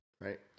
right